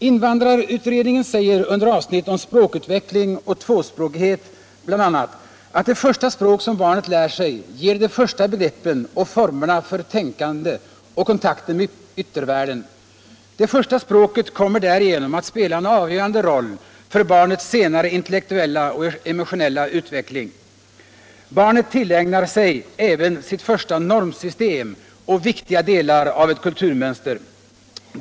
Invandrarutredningen säger under avsnittet om språkutveckling och tvåspråkighet bl.a. att det första språk som barnet lär sig ger det de första begreppen och formerna för tänkandet och kontakten med yttervärlden. Det första språket kommer därigenom att spela en avgörande roll för barnets senare intellektuella och emotionella utveckling. Barnet tillägnar sig även sitt första normsystem och viktiga delar av ett kulturmönster.